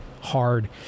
hard